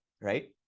right